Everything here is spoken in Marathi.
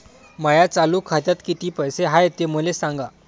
माया चालू खात्यात किती पैसे हाय ते मले सांगा